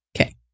Okay